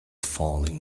falling